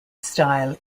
style